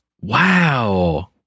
Wow